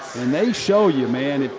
and they show you, man,